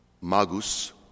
magus